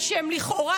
מירב,